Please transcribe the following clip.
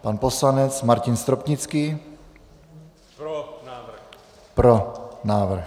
Pan poslanec Martin Stropnický: Pro návrh.